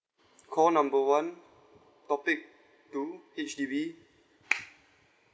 call number one topic two H_D_B